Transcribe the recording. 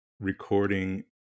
recording